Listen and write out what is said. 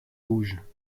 rouges